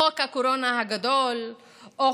חוק הקורונה הגדול שעבר כאן בשבוע שעבר,